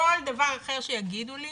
כל דבר אחר שיגידו לי,